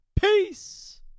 peace